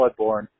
Bloodborne